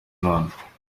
none